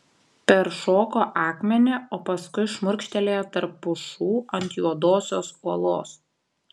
peršoko akmenį o paskui šmurkštelėjo tarp pušų ant juodosios uolos